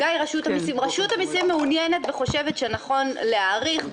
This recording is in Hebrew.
רשות המיסים מעוניינת וחושבת שנכון להאריך,